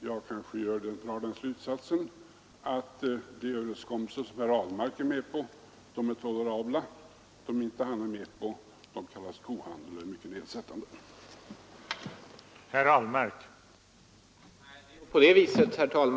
Jag kanske får dra den slutsatsen av herr Ahlmarks anförande att de överenskommelser som herr Ahlmark är med på är tolerabla; de som han inte är med på kallas kohandel, och det är mycket nedsättande att ha varit med om dem.